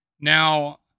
Now